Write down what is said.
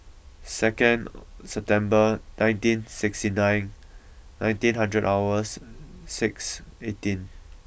second September nineteen sixty nine nineteen hundred hours six eighteen